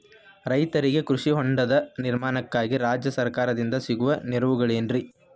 ರೈತರಿಗೆ ಕೃಷಿ ಹೊಂಡದ ನಿರ್ಮಾಣಕ್ಕಾಗಿ ರಾಜ್ಯ ಸರ್ಕಾರದಿಂದ ಸಿಗುವ ನೆರವುಗಳೇನ್ರಿ?